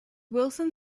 wilson